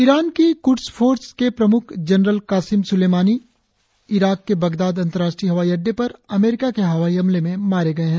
Iran की Quds force के प्रमुख जनरल कासिम सूलेमानी ईराक के बगदाद अंतर्राष्ट्रीय हवाई अड़डे पर अमरीका के हवाई हमले में मारे गये है